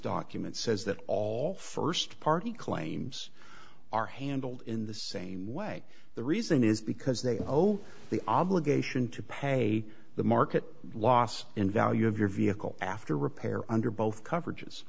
document says that all first party claims are handled in the same way the reason is because they owe the obligation to pay the market loss in value of your vehicle after repair under both coverage